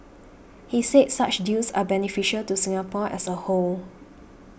he said such deals are beneficial to Singapore as a whole